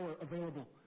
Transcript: available